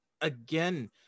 again